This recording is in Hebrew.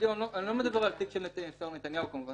אני לא מדבר על הסעיף של שרה נתניהו כמובן